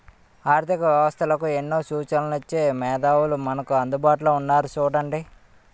ఆర్థిక వ్యవస్థలకు ఎన్నో సూచనలు ఇచ్చే మేధావులు మనకు అందుబాటులో ఉన్నారు చూడండి